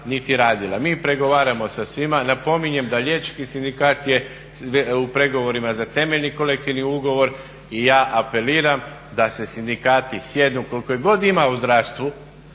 niti radila. Mi pregovaramo sa svima. Napominjem da liječnički sindikat je u pregovorima za temeljni kolektivni ugovor i ja apeliram da se sindikati sjednu koliko ih god ima u zdravstvu,